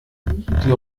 die